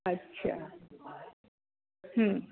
अच्छा हं